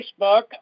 Facebook